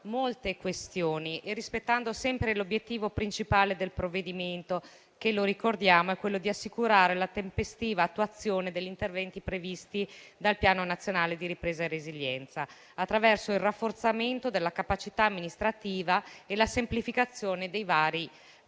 molte questioni e rispettandone sempre l'obiettivo principale che - lo ricordiamo - è quello di assicurare la tempestiva attuazione degli interventi previsti dal Piano nazionale di ripresa e resilienza, attraverso il rafforzamento della capacità amministrativa e la semplificazione dei vari